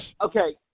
Okay